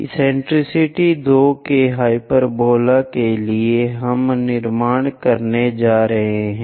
eccentricity 2 के hyperbola के लिए हम निर्माण करने जा रहे हैं